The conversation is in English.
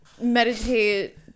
Meditate